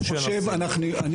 אני